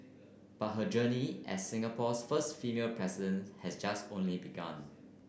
but her journey as Singapore's first female presidents has just only begun